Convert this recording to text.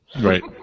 Right